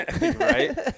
right